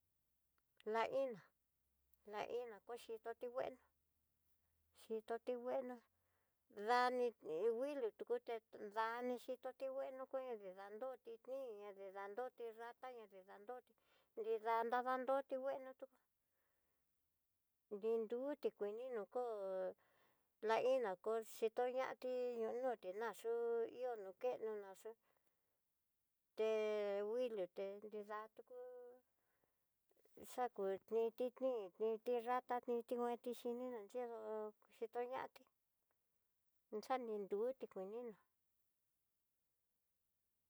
La iná, la iná ho xhitoit kuenó, xhitoti kueno dani wuilo toté dani, xhitoti ngueno koñoti, dandoti ni'i ni dandoti rata ña ni dandotí nrida nradoté nguenó tú, nrirutí kueni no ko'o la iná koo xhitó ñatí ño'o noti naxú ihó no kenó na xú, te wuilo té nrida tú xaku ni tinni tí ni ni ti ratá ni tikuexhininá nridó yitoñati xaninruti kuininó.